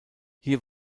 hier